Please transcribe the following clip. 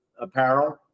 apparel